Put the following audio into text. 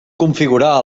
configurar